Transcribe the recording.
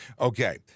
Okay